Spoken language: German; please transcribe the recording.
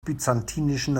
byzantinischen